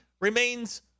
remains